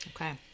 Okay